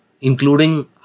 including